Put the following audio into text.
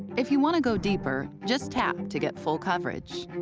if you want to go deeper, just tap to get full coverage.